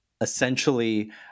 essentially